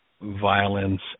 violence